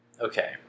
okay